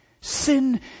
Sin